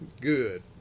good